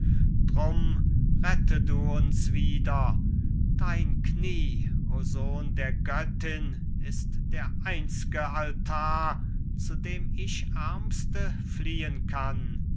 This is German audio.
rette du uns wieder dein knie o sohn der göttin ist der einz'ge altar zu dem ich aermste fliehen kann